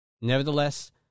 Nevertheless